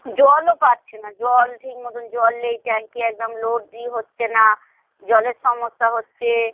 জলও পাচ্ছি না জল ঠিকমতন জল নেই ট্যাঙ্কি একদম লোডই হচ্ছে না জলের সমস্যা হচ্ছে